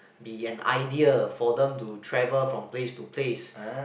be an idea for them to travel from place to place